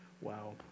wow